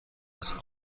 است